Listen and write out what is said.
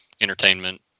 Entertainment